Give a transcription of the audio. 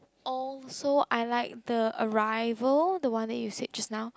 also I like the arrival the one you said just now